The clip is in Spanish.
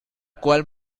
cual